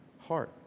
heart